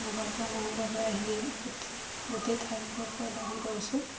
মই ঘৰৰপৰা মঙ্গলদৈ হৈ আহি গোটেই ঠাইবোৰ পৰিদৰ্শন কৰিছোঁ